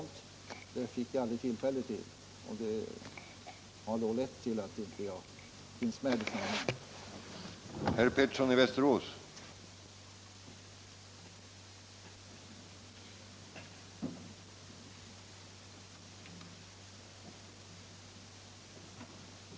Nu fick jag aldrig tillfälle till det, vilket ledde till att mitt namn inte finns med i sammanhanget.